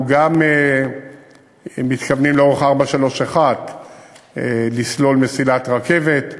אנחנו גם מתכוונים לאורך 431 לסלול מסילת רכבת,